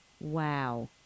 Wow